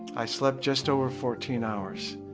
i slept just over fourteen hours.